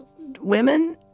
women